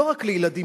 לא רק לילדים,